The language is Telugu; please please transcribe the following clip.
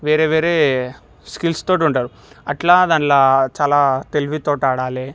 వేరే వేరే స్కిల్స్తోటి ఉంటారు అట్లా దానిల చాలా తెలివితోటి ఆడాలి